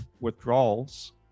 withdrawals